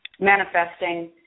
manifesting